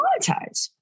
monetize